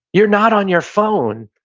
you're not on your phone.